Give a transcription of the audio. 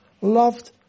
loved